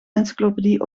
encyclopedie